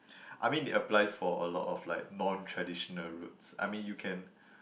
I mean it applies for a lot of like non traditional routes I mean you can